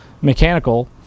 mechanical